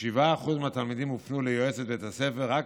כ-7% מהתלמידים הופנו ליועצת בית הספר רק